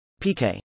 PK